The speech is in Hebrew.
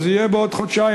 אז יהיה בעוד חודשיים,